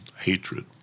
hatred